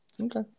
Okay